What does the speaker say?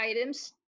items